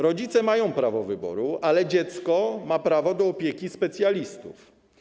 Rodzice mają prawo wyboru, ale dziecko ma prawo do opieki specjalistów.